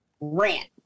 rant